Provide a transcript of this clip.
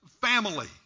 Family